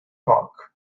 talk